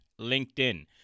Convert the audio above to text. LinkedIn